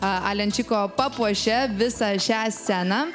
alenčiko papuošia visą šią sceną